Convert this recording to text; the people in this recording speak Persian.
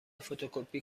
فتوکپی